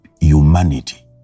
humanity